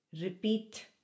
repeat